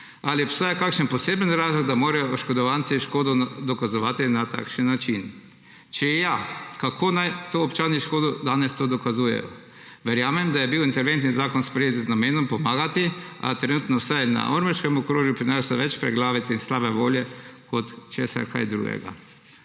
ali obstaja kakšen poseben razlog, da morajo oškodovanci škodo dokazovati na takšen način? Če ja, kako naj to škodo občani danes to dokazujejo? Verjamem, da je bil interventni zakon sprejet z namenom pomagati, a trenutno vsaj na ormoškem okrožju prinaša več preglavic in slabe volje kot česarkoli drugega.